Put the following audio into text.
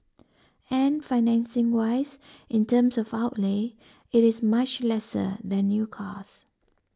and financing wise in terms of outlay it is much lesser than new cars